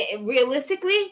Realistically